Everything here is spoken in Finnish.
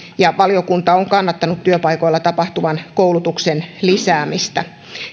valiokunta on kannattanut työpaikoilla tapahtuvan koulutuksen lisäämistä